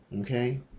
okay